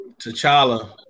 T'Challa